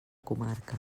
comarca